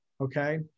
Okay